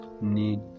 need